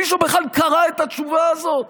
מישהו בכלל קרא את התשובה הזאת